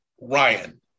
Ryan